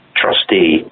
trustee